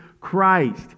Christ